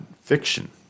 fiction